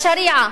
בשריעה,